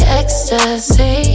ecstasy